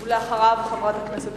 אנחנו עוברים לנושא הבא